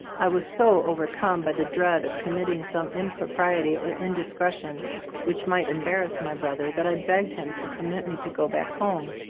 i was so overcome by the dread of committing some impro priety or indiscretion which might embarrass my brother that i begged him to permit me to go back home.